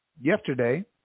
yesterday